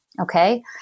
Okay